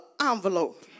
envelope